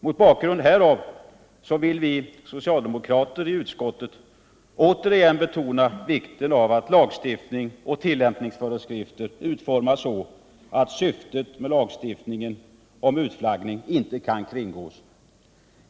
Mot bakgrund härav vill vi socialdemokrater i utskottet återigen understryka vikten av att lagstiftning och tillämpningsföreskrifter utformas så att syftet med lagstiftningen om utflaggning inte kan kringgås.